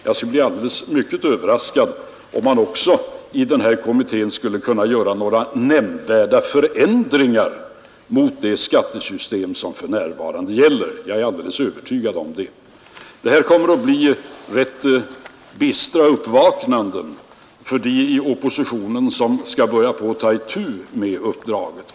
Jag skulle bli mycket överraskad om man i den här kommittén kunde göra några nämnvärda förändringar i förhållande till det skattesystem som för närvarande gäller. Jag är alldeles övertygad om att det kommer att bli rätt bistra uppvaknanden för dem i oppositionen som skall ta itu med uppdraget.